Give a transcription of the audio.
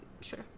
Sure